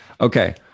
Okay